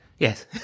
Yes